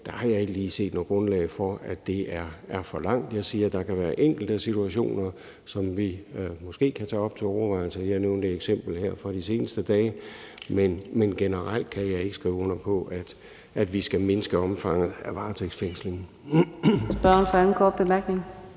har jeg ikke lige set noget grundlag for, at det er for langt. Jeg siger, at der kan være enkelte situationer, som vi måske kan tage op til overvejelse. Jeg nævnte et eksempel her fra de seneste dage. Men generelt kan jeg ikke skrive under på, at vi skal mindske omfanget af varetægtsfængsling. Kl. 18:18 Fjerde næstformand